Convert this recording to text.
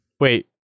Wait